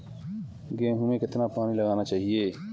गेहूँ में कितना पानी लगाना चाहिए?